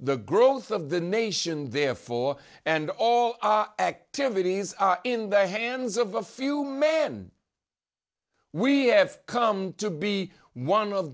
the growth of the nation therefore and all our activities in the hands of a few man we have come to be one of